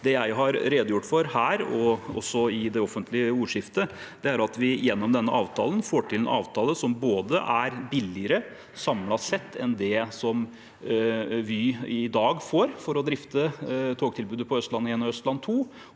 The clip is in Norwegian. Det jeg har redegjort for her, og også i det offentlige ordskiftet, er at vi gjennom denne avtalen får til en avtale som er billigere, samlet sett, sammenlignet med det som Vy i dag får for å drifte togtilbudet på Østlandet 1 og Østlandet 2,